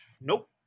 Nope